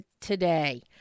today